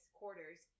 quarters